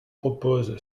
propose